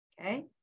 okay